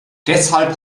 deshalb